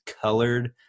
colored